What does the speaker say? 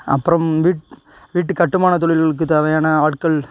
அப்புறம் வீட் வீட்டு கட்டுமான தொழில்களுக்கு தேவையான ஆட்கள்